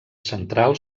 central